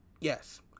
Yes